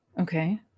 Okay